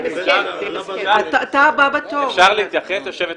יושבת-ראש הוועדה, אפשר להתייחס?